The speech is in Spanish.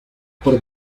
por